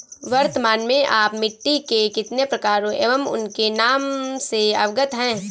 वर्तमान में आप मिट्टी के कितने प्रकारों एवं उनके नाम से अवगत हैं?